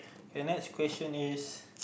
okay next question is